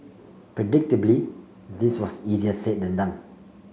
predictably this was easier said than done